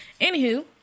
Anywho